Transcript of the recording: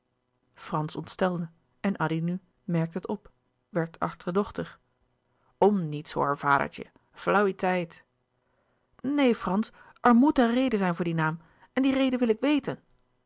frans ontstelde en addy nu merkte het op werd achterdochtig om niets hoor vadertje flauwiteit louis couperus de boeken der kleine zielen neen frans er moet een reden zijn voor dien naam en die reden wil ik weten